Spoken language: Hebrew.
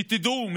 שתדעו,